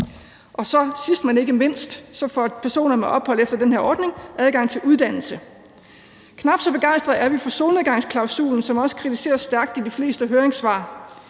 Sidst, men ikke mindst, får personer med ophold efter den her ordning adgang til uddannelse. Knap så begejstret er vi få solnedgangsklausulen, som også kritiseres stærkt i de fleste høringssvar.